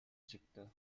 çıktı